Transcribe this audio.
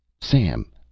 Sam